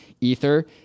Ether